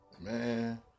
Man